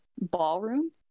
ballroom